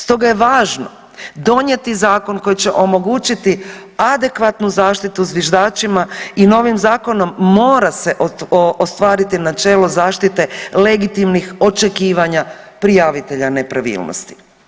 Stoga je važno donijeti zakon koji će omogućiti adekvatnu zaštitu zviždačima i novim zakonom mora se ostvariti načelo zaštite legitimnih očekivanja prijavitelja nepravilnosti.